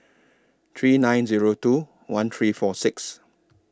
three nine Zero two one three four six